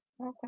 Okay